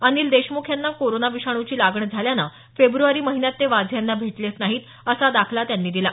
अनिल देशमुख यांना कोरोना विषाणूची लागण झाल्यानं फेब्रवारी महिन्यात ते वाझे यांना भेटलेच नाही असा दाखला त्यांनी दिला